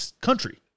country